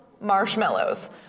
marshmallows